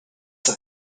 have